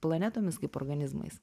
planetomis kaip organizmais